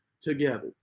together